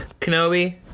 Kenobi